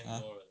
ah